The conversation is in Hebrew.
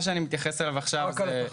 מה שאני מתייחס אליו עכשיו --- רק על התחנה.